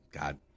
God